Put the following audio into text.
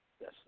Yes